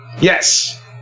Yes